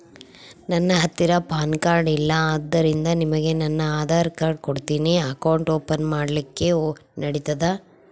ನನ್ನ ಹತ್ತಿರ PAN card ಇಲ್ಲ ಆದ್ದರಿಂದ ನಿಮಗೆ ನನ್ನ ಆಧಾರ್ ಕಾರ್ಡ್ ಕೊಡ್ತೇನಿ ಅಕೌಂಟ್ ಓಪನ್ ಮಾಡ್ಲಿಕ್ಕೆ ನಡಿತದಾ?